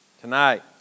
tonight